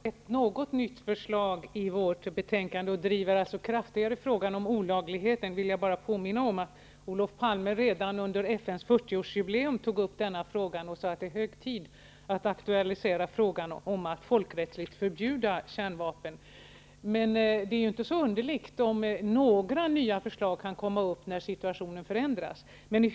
Herr talman! Det sägs att vi har ett nytt förslag när vi kraftigare driver frågan om olagligheten. Jag vill bara påminna om att Olof Palme redan under FN:s 40-årsjubileum tog upp detta och sade att det är hög tid att aktualisera frågan om ett folkrättsligt förbud mot kärnvapen. Det är inte så underligt om nya förslag kommer upp när situationen förändras.